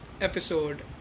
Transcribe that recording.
episode